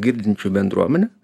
girdinčių bendruomenę